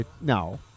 No